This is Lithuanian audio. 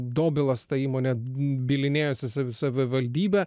dobilas ta įmonė bylinėjosi su savivaldybe